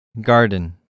Garden